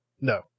No